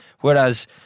Whereas